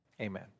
amen